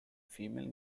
female